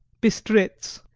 bistritz.